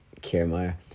Kiermaier